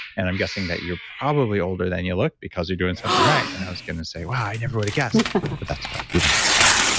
and i'm guessing that you're probably older than you look because you're doing something right and i was going to say, wow, i never would have guessed, but that's right. you don't have to tell me